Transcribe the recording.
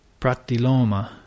Pratiloma